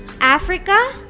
Africa